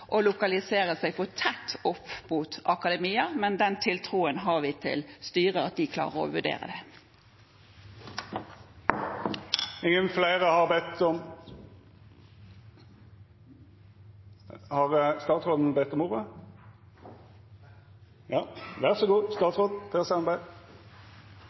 å lokalisere seg for tett opp mot akademia. Men den tiltroen har vi til styret at de klarer å vurdere det.